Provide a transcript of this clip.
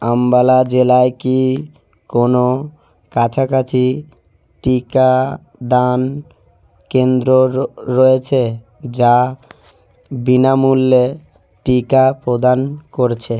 আম্বালা জেলায় কি কোনো কাছাকাছি টিকাদান কেন্দ্র রয়েছে যা বিনামূল্যে টিকা প্রদান করছে